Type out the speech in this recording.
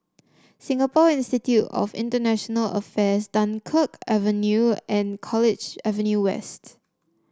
Singapore Institute of International Affairs Dunkirk Avenue and College Avenue West